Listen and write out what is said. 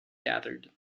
gathered